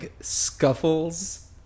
scuffles